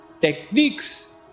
techniques